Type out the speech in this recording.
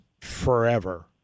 forever